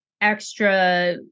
extra